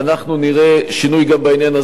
אנחנו נראה שינוי גם בנושא הזה.